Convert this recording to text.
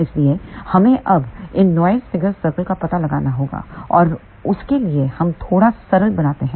इसलिए हमें अब इस नॉइस फिगर सर्कल का पता लगाना होगा और उसके लिए हम थोड़ा सरल बनाते हैं